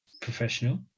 professional